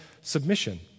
submission